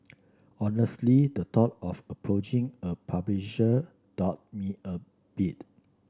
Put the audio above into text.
honestly the thought of approaching a publisher daunt me a bit